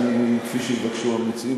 אין שום בעיה, כפי שיבקשו המציעים.